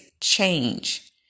change